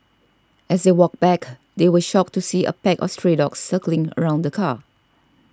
as they walked back they were shocked to see a pack of stray dogs circling around the car